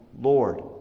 Lord